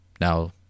Now